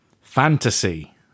fantasy